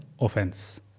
offense